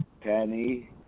Penny